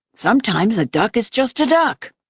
sometimes a duck is just a duck!